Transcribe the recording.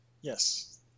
Yes